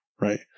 right